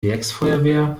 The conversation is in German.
werksfeuerwehr